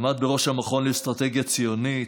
עמד בראש המכון לאסטרטגיה ציונית,